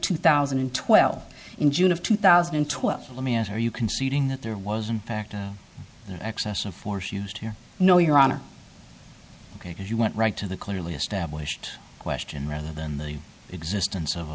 two thousand and twelve in june of two thousand and twelve i mean are you conceding that there was in fact excessive force used here no your honor because you went right to the clearly established question rather than the existence of a